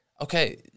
okay